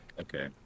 Okay